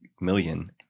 million